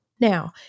Now